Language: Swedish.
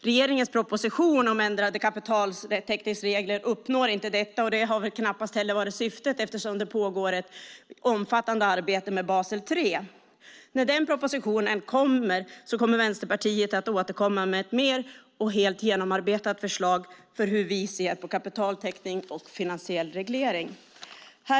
Regeringens proposition om ändrade kapitaltäckningsregler uppnår inte detta, och det har knappast heller varit syftet eftersom det pågår ett omfattande arbete med Basel 3. När den propositionen kommer återkommer Vänsterpartiet med ett genomarbetat förslag för hur vi ser på kapitaltäckning och finansiell reglering.